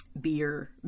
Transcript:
beer